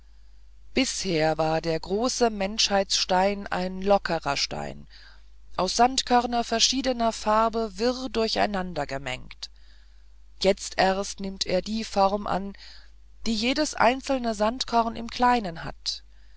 bisher war der große menschheitsstein ein lockerer stein aus sandkörnern verschiedener farbe wirr durcheinandergemengt jetzt erst nimmt er die form an die jedes einzelne sandkorn im kleinen hat